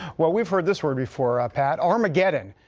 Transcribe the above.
well, we've heard this word before, pat, armageddon.